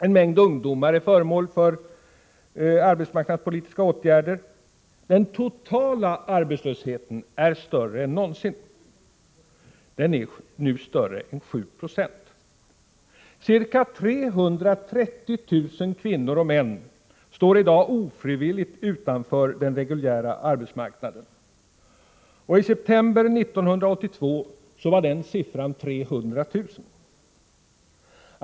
En mängd ungdomar är föremål för arbetsmarknadspolitiska åtgärder. Den totala arbetslösheten är större än någonsin. Den är nu större än 7 Jo. Ca 330 000 kvinnor och män står i dag ofrivilligt utanför den reguljära arbetsmarknaden. I september 1982 var antalet 300 000.